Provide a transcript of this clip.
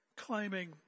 Claiming